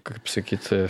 kaip sakyt